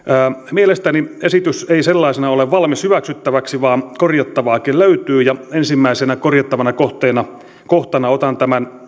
mielestäni esitys ei sellaisenaan ole valmis hyväksyttäväksi vaan korjattavaakin löytyy ensimmäisenä korjattavana kohtana kohtana otan tämän